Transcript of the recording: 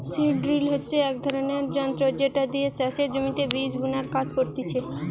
seed drill হচ্ছে এক ধরণের যন্ত্র যেটা দিয়ে চাষের জমিতে বীজ বুনার কাজ করছে